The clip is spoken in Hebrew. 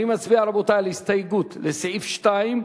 אני מצביע, רבותי, על הסתייגות 17,